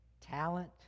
talent